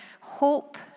hope